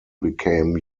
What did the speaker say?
became